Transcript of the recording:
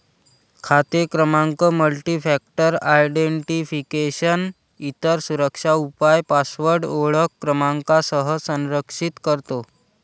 खाते क्रमांक multifactor identification, इतर सुरक्षा उपाय पासवर्ड ओळख क्रमांकासह संरक्षित करतो